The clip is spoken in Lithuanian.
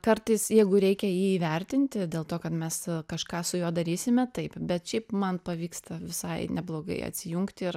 kartais jeigu reikia jį įvertinti dėl to kad mes kažką su juo darysime taip bet šiaip man pavyksta visai neblogai atsijungti ir